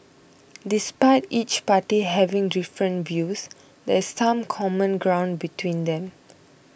despite each party having different views there is some common ground between them